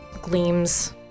gleams